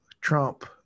Trump